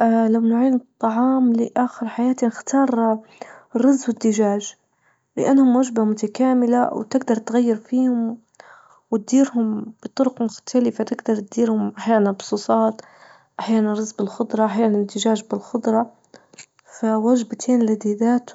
اه لو نوعين الطعام لآخر حياتي نختار الرز والدجاج، لأنهم وجبة متكاملة وتجدر تغير فيهم وتديرهم بطرق مختلفة تجدر تديرهم أحيانا بصوصات أحيانا رز بالخضرة أحيانا دجاج بالخضرة فوجبتين لذيذات